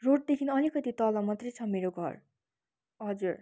रोडदेखि अलिकति तल मात्रै छ मेरो घर हजुर